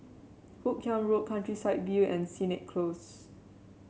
Hoot Kiam Road Countryside View and Sennett Close